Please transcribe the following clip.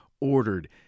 ordered